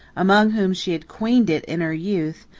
among whom she had queened it in her youth,